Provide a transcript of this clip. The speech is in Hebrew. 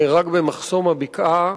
נהרג במחסום הבקעה.